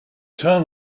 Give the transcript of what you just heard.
town